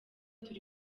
turi